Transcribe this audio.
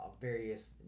various